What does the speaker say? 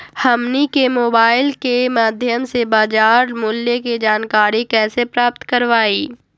हमनी के मोबाइल के माध्यम से बाजार मूल्य के जानकारी कैसे प्राप्त करवाई?